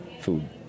food